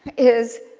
is